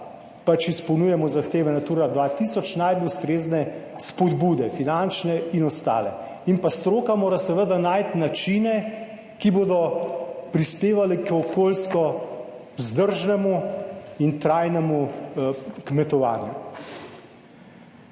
pač izpolnjujemo zahteve Natura 2000, najbolj ustrezne spodbude, finančne in ostale. In pa stroka mora seveda najti načine, ki bodo prispevali k okoljsko vzdržnemu in trajnemu kmetovanju.